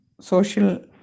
social